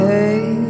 Hey